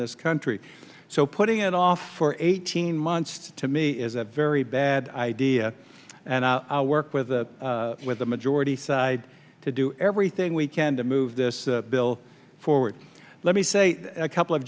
this country so putting it off for eighteen months to me is a very bad idea and i'll work with the with the majority side to do everything we can to move this bill forward let me say a couple of